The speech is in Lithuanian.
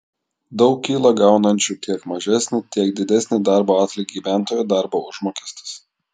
daug kyla gaunančių tiek mažesnį tiek didesnį darbo atlygį gyventojų darbo užmokestis